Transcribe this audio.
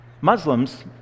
Muslims